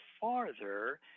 farther